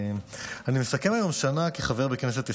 אני מסכם היום שנה כחבר בכנסת ישראל.